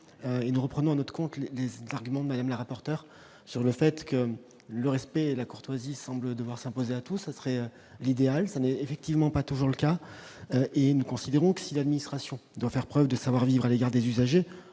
nous reprenons à notre compte les arguments de Mme la rapporteur. Le respect et la courtoisie semblent devoir s'imposer à tous- ce serait l'idéal ; ce n'est, effectivement, pas toujours le cas. De notre point de vue, si l'administration doit faire preuve de savoir-vivre à l'égard des usagers,